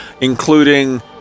including